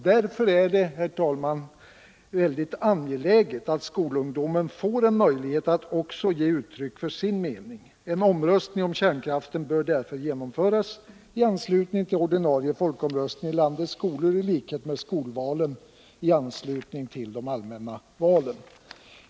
Därför är det, herr talman, väldigt angeläget att skolungdomen får en möjlighet att ge uttryck för sin mening. En omröstning om kärnkraften bör därför genomföras i anslutning till den ordinarie folkomröstningen i landets skolor i likhet med skolvalen i anslutning till de allmänna valen.